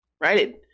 right